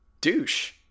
douche